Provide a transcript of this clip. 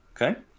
Okay